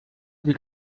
sich